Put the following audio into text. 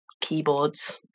keyboards